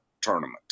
tournament